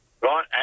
right